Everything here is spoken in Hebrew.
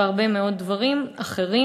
והרבה מאוד דברים אחרים,